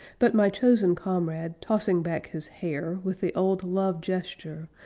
but my chosen comrade, tossing back his hair with the old loved gesture,